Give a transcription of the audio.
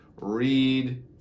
read